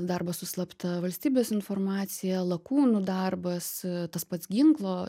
darbas su slapta valstybės informacija lakūnų darbas tas pats ginklo